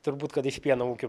turbūt kad iš pieno ūkių